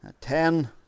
ten